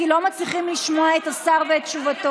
כי לא מצליחים לשמוע את השר ואת תשובתו.